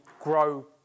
grow